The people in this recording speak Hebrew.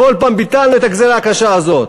כל פעם ביטלנו את הגזירה הקשה הזאת.